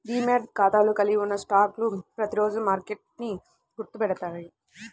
demat ఖాతాలో కలిగి ఉన్న స్టాక్లు ప్రతిరోజూ మార్కెట్కి గుర్తు పెట్టబడతాయి